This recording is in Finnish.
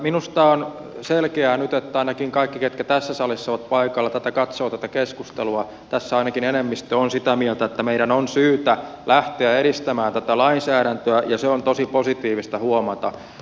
minusta on selkeää nyt että ainakin kaikki ketkä tässä salissa ovat paikalla ja katsovat tätä keskustelua ainakin enemmistö ovat sitä mieltä että meidän on syytä lähteä edistämään tätä lainsäädäntöä ja se on tosi positiivista huomata